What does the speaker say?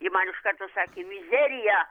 ji man iš karto sakė mizerija